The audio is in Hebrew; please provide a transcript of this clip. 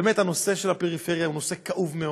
באמת הנושא של הפריפריה הוא נושא כאוב מאוד.